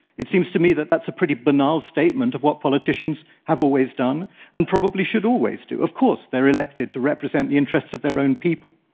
it seems to me that that's a pretty banal statement of what politicians have always done and probably should always do. of course they're elected to represent the interests of their own people.